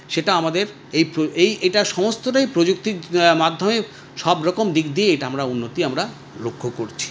সেটা আমাদের এই প্র এই এটা সমস্তটাই প্রযুক্তির মাধ্যমে সবরকম দিক দিয়েই এটা আমরা উন্নতি আমরা লক্ষ্য করছি